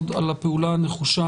התקנות אושרו.